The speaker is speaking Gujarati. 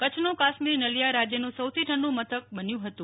કચ્છનું કાશ્મીર નલિયા રાજ્યનું સૌથી ઠંડુ મથક બન્યું હતું